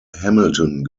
hamilton